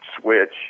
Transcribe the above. switch